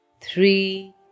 three